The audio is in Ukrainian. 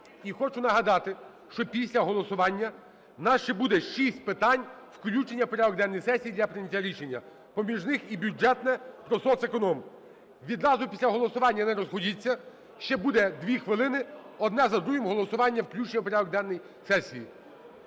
і хочу нагадати, що після голосування у нас ще буде шість питань включення в порядок денний сесії для прийняття рішення. Поміж них і бюджетне про соцеконом. Відразу після голосування не розходьтеся, ще буде 2 хвилини, одне за другим голосування включення в порядок денний сесії.